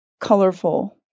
colorful